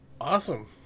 Awesome